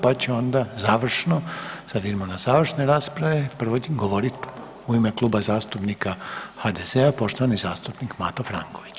Pa će onda završno, sad idemo na završne rasprave prvo govoriti u ime Kluba zastupnika HDZ-a poštovani zastupnik Mato Franković.